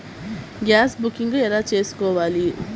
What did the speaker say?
Gas booking ఎలా చేసుకోవాలి?